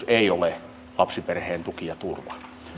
ei ole lapsiperheen tuki ja turva